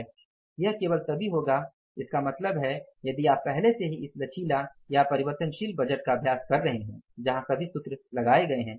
यह केवल तभी होगा इसका मतलब है यदि आप पहले से ही इस लचीला या परिवर्तनशील बजट का अभ्यास कर रहे हैं जहां सभी सूत्र लगाए गए हैं